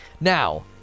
Now